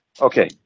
Okay